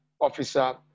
officer